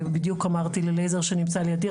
בדיוק אמרתי ללייזר שנמצא לידי,